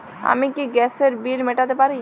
আমি কি গ্যাসের বিল মেটাতে পারি?